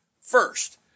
first